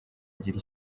agire